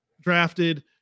drafted